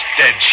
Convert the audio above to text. dead